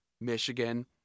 Michigan